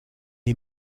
est